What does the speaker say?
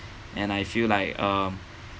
and I feel like um